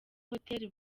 hotel